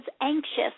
anxious